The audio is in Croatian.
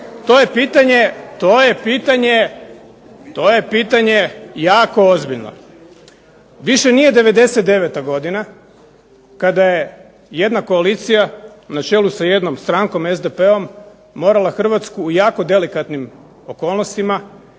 jednaka najvećima, to je pitanje jako ozbiljno. Više nije '99. godina kada je jedna koalicija na čelu s jednom strankom SDP-om morala Hrvatsku u jako delikatnim okolnostima,